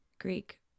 Greek